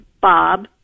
Bob